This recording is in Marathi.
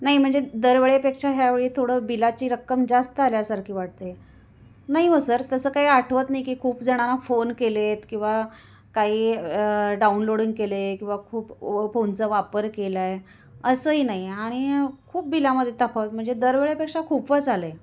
नाही म्हणजे दरवेळेपेक्षा ह्यावेळी थोडं बिलाची रक्कम जास्त आल्यासारखी वाटते नाही हो सर तसं काही आठवत नाही की खूप जणांना फोन केले आहेत किंवा काही डाउनलोडिंग केले किंवा खूप फोनचा वापर केला आहे असंही नाही आणि खूप बिलामध्ये तफावत म्हणजे दरवेळेपेक्षा खूपच आलं आहे